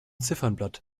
ziffernblatt